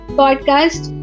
podcast